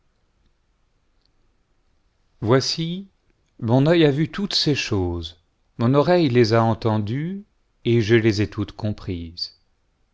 voici mon œil a vu toutes ces choses mon oreille les a entendues et je les ai toutes comprises